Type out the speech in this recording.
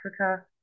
Africa